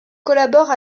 collabore